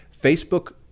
Facebook